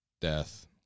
Death